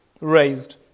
raised